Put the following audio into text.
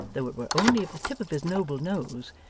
though were only of the tip of his noble nose,